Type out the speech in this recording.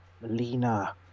melina